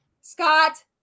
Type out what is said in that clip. Scott